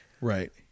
Right